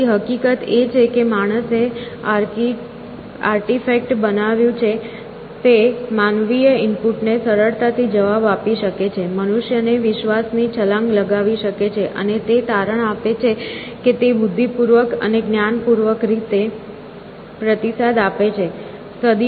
તેથી હકીકત એ છે કે માણસે આર્ટિફેક્ટ બનાવ્યું તે માનવીય ઇનપુટને સરળતાથી જવાબ આપી શકે છે મનુષ્યને વિશ્વાસ ની છલાંગ લગાવી શકે છે અને તે તારણ આપે છે કે તે બુદ્ધિપૂર્વક અને જ્ઞાન પૂર્ણ રીતે પ્રતિસાદ આપે છે